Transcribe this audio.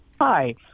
Hi